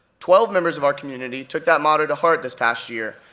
twelve members of our community took that motto to heart this past year,